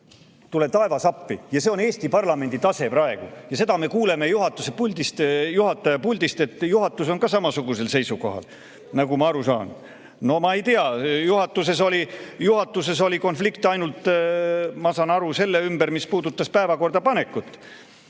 Tule taevas appi! See on Eesti parlamendi tase praegu. Seda me kuuleme juhataja puldist, et juhatus on ka samasugusel seisukohal, nagu ma aru saan. No ma ei tea, juhatuses oli konflikt ainult, ma saan aru, selle ümber, mis puudutas päevakorda panekut,